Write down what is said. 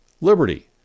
liberty